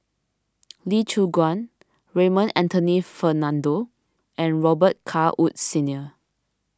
Lee Choon Guan Raymond Anthony Fernando and Robet Carr Woods Senior